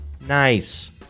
nice